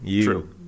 True